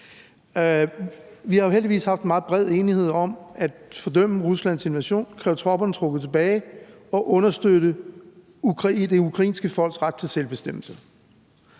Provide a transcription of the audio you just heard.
vi har jo heldigvis haft en meget bred enighed om at fordømme Ruslands invasion, kræve tropperne trukket tilbage og understøtte det ukrainske folks ret til selvbestemmelse.